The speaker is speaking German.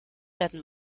werden